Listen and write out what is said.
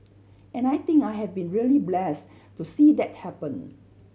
and I think I have been really blessed to see that happen